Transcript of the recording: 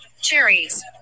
cherries